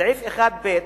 סעיף 1(ב),